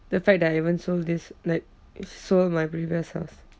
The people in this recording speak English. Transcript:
the fact that I even sold this like sold my previous house